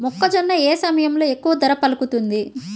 మొక్కజొన్న ఏ సమయంలో ఎక్కువ ధర పలుకుతుంది?